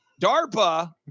darpa